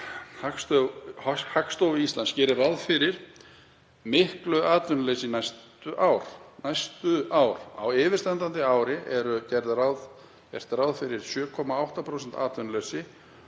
Hagstofu Íslands gerir ráð fyrir miklu atvinnuleysi næstu ár. Á yfirstandandi ári er gert ráð fyrir 7,8 prósenta atvinnuleysi